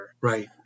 Right